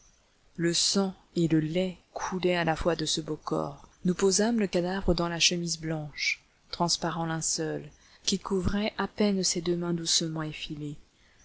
le sang et le lait coulaient à la fois de ce beau corps nous posâmes le cadavre dans la chemise blanche transparent linceul qui couvrait à peine ces deux mains doucement effilées